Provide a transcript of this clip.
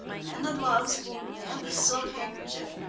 and the gloves and the silk handkerchief,